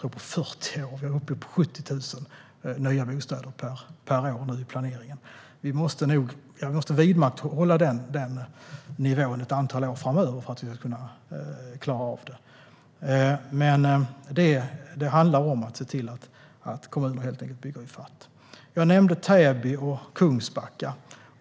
I planeringen är vi uppe i 70 000 nya bostäder per år. Vi måste hålla oss kvar på den nivån i ett antal år framöver för att kunna klara av det. Det handlar helt enkelt om att se till att kommuner bygger i fatt. Jag nämnde Täby och Kungsbacka.